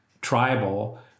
tribal